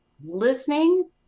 Listening